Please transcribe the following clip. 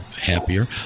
happier